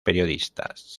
periodistas